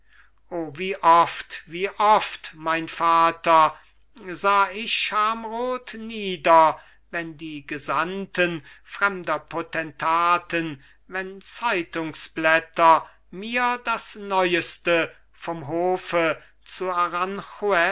wie oft wie oft mein vater sah ich schamrot nieder wenn die gesandten fremder potentaten wenn zeitungsblätter mir das neueste vom hofe zu